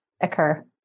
occur